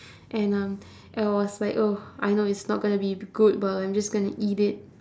and um I was like oh I know it's not gonna be good but like I'm just gonna eat it